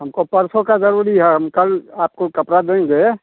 हमको परसो का जरूरी है हम कल आपको कपड़ा देंगे